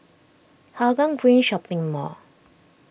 Hougang Green Shopping Mall